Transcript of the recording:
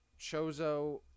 Chozo